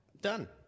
Done